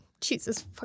Jesus